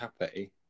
happy